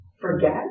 forget